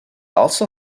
also